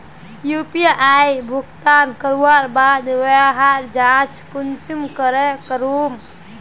UPI भुगतान करवार बाद वहार जाँच कुंसम करे करूम?